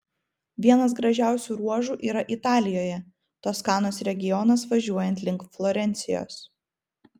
vienas gražiausių ruožų yra italijoje toskanos regionas važiuojant link florencijos